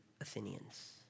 Athenians